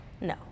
No